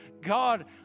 God